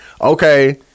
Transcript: okay